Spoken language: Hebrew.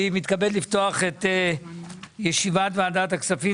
אני מתכבד לפתוח את ישיבת ועדת הכספים.